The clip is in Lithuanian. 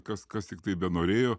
kas kas tiktai benorėjo